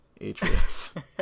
atrius